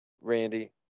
Randy